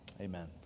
Amen